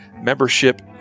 membership